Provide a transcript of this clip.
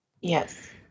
Yes